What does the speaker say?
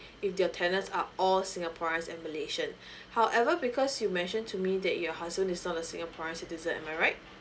if their tenants are all singaporeans and malaysian however because you mentioned to me that your husband is not a singaporean citizen am I right